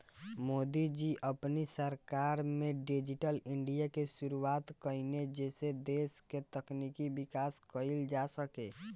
मोदी जी अपनी सरकार में डिजिटल इंडिया के शुरुआत कईने जेसे देस के तकनीकी विकास कईल जा सके